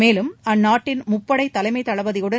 மேலும் அந்நாட்டின் முப்படை தலைமை தளபதியுடன்